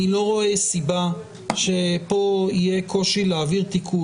אני לא רואה סיבה שפה יהיה קושי להעביר תיקון.